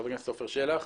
חבר הכנסת עפר שלח,